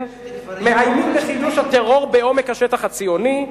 מאיימים בחידוש הטרור בעומק השטח הציוני.